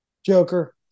Joker